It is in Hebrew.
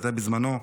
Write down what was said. שהייתה בזמנו,